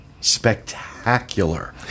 spectacular